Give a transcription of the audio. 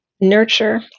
nurture